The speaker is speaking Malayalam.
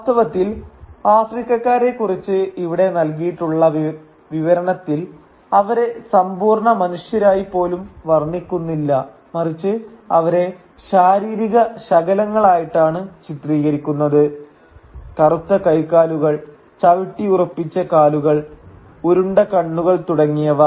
വാസ്തവത്തിൽ ആഫ്രിക്കക്കാരെ കുറിച്ച് ഇവിടെ നൽകിയിട്ടുള്ള വിവരണത്തിൽ അവരെ സമ്പൂർണ്ണ മനുഷ്യരായി പോലും വർണ്ണിക്കുന്നില്ല മറിച്ച് അവരെ ശാരീരിക ശകലങ്ങളായിട്ടാണ് ചിത്രീകരിക്കുന്നത് കറുത്ത കൈക്കാലുകൾ ചവിട്ടി ഉറപ്പിച്ച കാലുകൾ ഉരുണ്ട കണ്ണുകൾ തുടങ്ങിയവ